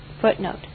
Footnote